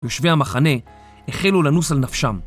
יושבי המחנה החלו לנוס על נפשם.